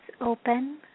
open